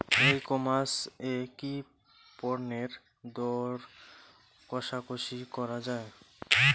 ই commerce এ কি পণ্যের দর কশাকশি করা য়ায়?